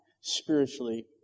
spiritually